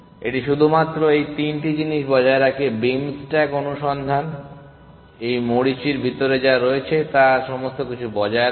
এটি শুধুমাত্র এই 3টি জিনিস বজায় রাখে বিম স্ট্যাক অনুসন্ধান এই মরীচির ভিতরে যা রয়েছে তা এই সমস্ত কিছু বজায় রাখে